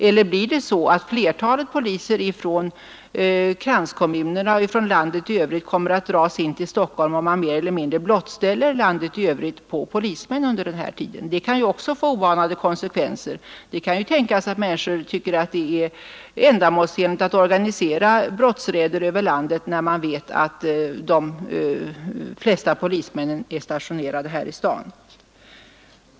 Eller blir det så att flertalet poliser från kranskommunerna och från landet i övrigt kommer att dras in till Stockholm och man mer eller mindre blottställer landet i övrigt från polismän under denna tid. Det kan ju också få oanade konsekvenser. Det kan tänkas att människor tycker att det är ändamålsenligt att organisera brottsraider över landet när man vet att de flesta polismännen är stationerade här i staden.